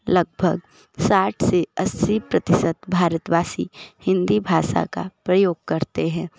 लगभग साठ से अस्सी प्रतिशत भारतवासी हिंदी भाषा का प्रयोग करते हैं